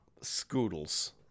scoodles